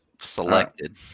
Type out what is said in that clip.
Selected